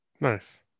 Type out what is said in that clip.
nice